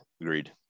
agreed